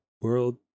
World